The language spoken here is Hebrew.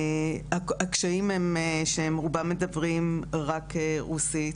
הקשיים הם שהם רובם מדברים רק רוסית.